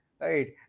Right